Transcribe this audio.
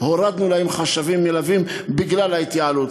הורדנו להן חשבים מלווים בגלל ההתייעלות.